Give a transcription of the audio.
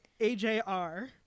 AJR